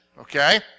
okay